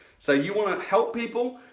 so you want to help people.